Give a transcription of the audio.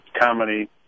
comedy